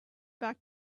back